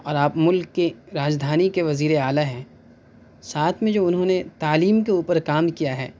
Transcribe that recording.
اور آپ مُلک کے راجدھانی کے وزیراعلیٰ ہیں ساتھ میں جو اُنہوں نے تعلیم کے اوپر کام کیا ہے